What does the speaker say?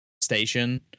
station